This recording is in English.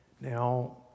Now